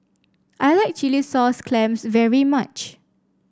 I like Chilli Sauce Clams very much